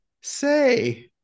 say